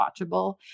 watchable